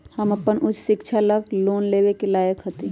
हम अपन उच्च शिक्षा ला लोन लेवे के लायक हती?